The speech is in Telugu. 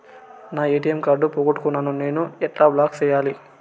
నా ఎ.టి.ఎం కార్డు పోగొట్టుకున్నాను, దాన్ని ఎట్లా బ్లాక్ సేయాలి?